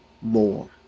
more